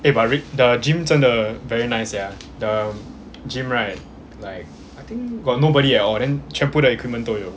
eh but rick the gym 真的 very nice sia the gym right like I think got nobody at all then 全部的 equipment 都有